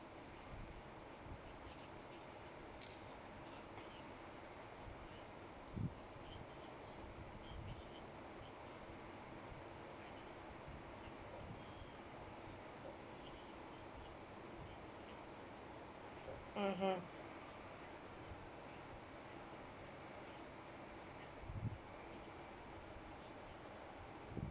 mmhmm